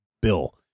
bill